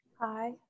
Hi